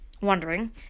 wondering